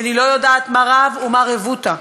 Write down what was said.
כי אני לא יודעת מה רב ומה רבותא,